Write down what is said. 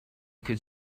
could